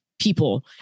people